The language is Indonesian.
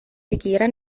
pikiran